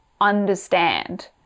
understand